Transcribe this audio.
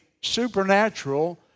supernatural